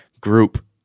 group